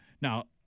Now